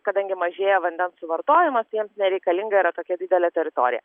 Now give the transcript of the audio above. kadangi mažėja vandens suvartojimas jiems nereikalinga yra tokia didelė teritorija